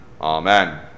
Amen